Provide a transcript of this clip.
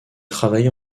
travaillé